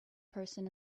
person